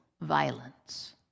violence